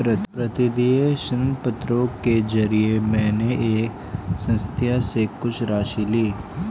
प्रतिदेय ऋणपत्रों के जरिये मैंने एक संस्था से कुछ राशि ली